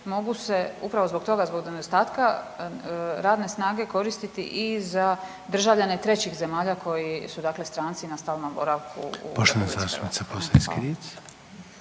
mogu se upravo zbog toga zbog nedostatka radne snage koristiti i za državljane trećih zemalja koji su dakle stranici na stalnom boravku u RH.